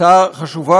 הצעה חשובה,